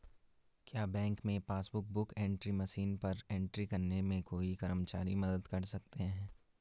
क्या बैंक में passbook book entry machine पर एंट्री करने में कोई कर्मचारी मदद कर सकते हैं?